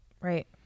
Right